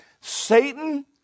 Satan